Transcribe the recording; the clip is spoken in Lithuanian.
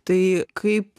tai kaip